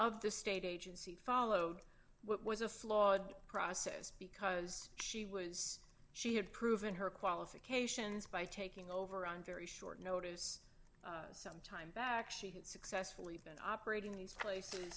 of the state agency followed was a flawed process because she was she had proven her qualifications by taking over on very short notice some time back she had successfully been operating these places